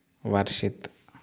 Varshith